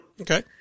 Okay